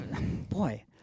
Boy